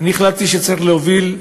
החלטתי שצריך להוביל,